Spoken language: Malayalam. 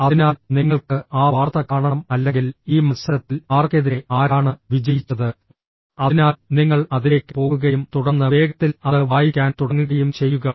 അതിനാൽ നിങ്ങൾക്ക് ആ വാർത്ത കാണണം അല്ലെങ്കിൽ ഈ മത്സരത്തിൽ ആർക്കെതിരെ ആരാണ് വിജയിച്ചത് അതിനാൽ നിങ്ങൾ അതിലേക്ക് പോകുകയും തുടർന്ന് വേഗത്തിൽ അത് വായിക്കാൻ തുടങ്ങുകയും ചെയ്യുക